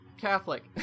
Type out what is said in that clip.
catholic